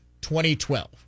2012